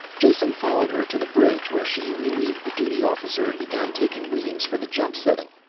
jason followed her to the bridge where she relieved the duty officer and began taking readings for the jump-setting.